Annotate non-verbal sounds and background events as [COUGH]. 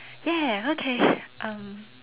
ya okay [BREATH] um